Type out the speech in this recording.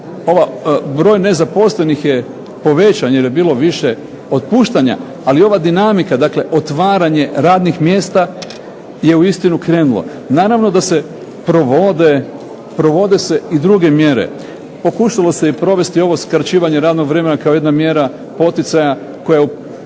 broj nezaposlenih je povećan jer je bilo više otpuštanja ali ova dinamika dakle, otvaranje radnih mjesta je uistinu krenulo. Naravno da se provode i druge mjere. Pokušalo se provesti ovo skraćivanje radnog vremena kao jedna mjera poticaja koja u